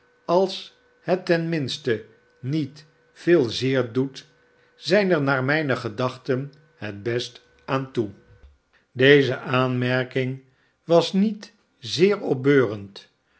als het ten minste niet veel zeer doet zijn er naar mijne gedachten het best aan toe deze aanmerking was niet zeer opbeurend